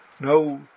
No